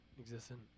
existent